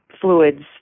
fluids